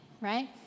right